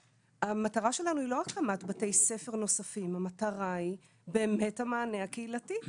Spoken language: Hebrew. שאנחנו חושבים שצריך להרחיב את המענה הייעוצי כדי,